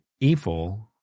evil